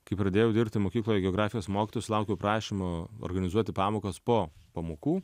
kai pradėjau dirbti mokykloje geografijos mokytoju sulaukiau prašymo organizuoti pamokas po pamokų